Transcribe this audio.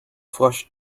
flush